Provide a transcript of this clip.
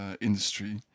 industry